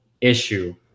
issue